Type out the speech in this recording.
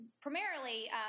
primarily